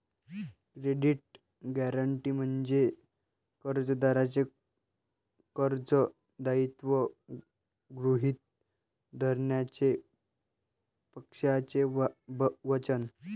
credit guarantee म्हणजे कर्जदाराचे कर्ज दायित्व गृहीत धरण्याचे पक्षाचे वचन